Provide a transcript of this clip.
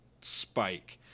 spike